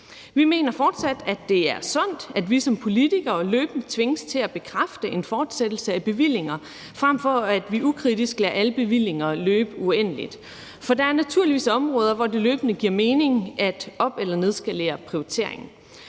Vi mener fortsat, det er sundt, at vi som politikere løbende tvinges til at bekræfte en fortsættelse af bevillinger, frem for at vi ukritisk lader alle bevillinger løbe uendeligt. For der er naturligvis områder, hvor det løbende giver mening at op- eller nedskalere prioriteringen.